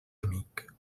amic